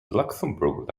luxembourg